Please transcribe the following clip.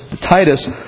Titus